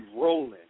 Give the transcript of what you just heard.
rolling